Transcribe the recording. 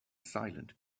silent